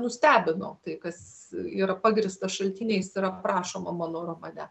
nustebino tai kas yra pagrįsta šaltiniais yra aprašoma mano romane